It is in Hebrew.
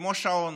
כמו שעון,